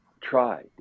try